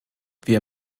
wir